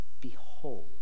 behold